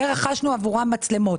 ורכשנו עבורם מצלמות.